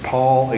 Paul